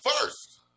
first